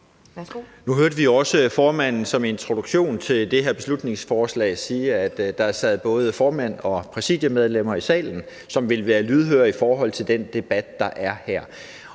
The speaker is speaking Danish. Nu hørte vi også formanden som introduktion til det her beslutningsforslag sige, at der sad både formænd og præsidiemedlemmer i salen, som ville være lydhøre i forhold til den debat, der er her.